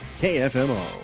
KFMO